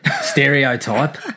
stereotype